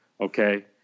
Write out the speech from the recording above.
Okay